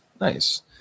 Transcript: Nice